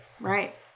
Right